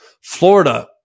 Florida